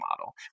model